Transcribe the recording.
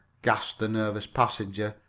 gasped the nervous passenger,